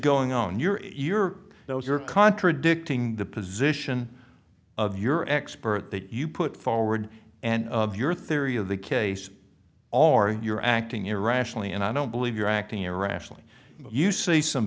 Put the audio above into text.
going on your your nose you're contradicting the position of your expert that you put forward and of your theory of the case you're acting irrationally and i don't believe you're acting irrationally but you say some